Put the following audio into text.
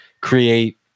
create